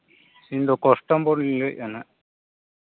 ᱤᱧᱫᱚ ᱠᱟᱥᱴᱚᱢᱟᱨᱤᱧ ᱞᱟᱹᱭᱮᱫᱼᱟ ᱦᱟᱸᱜ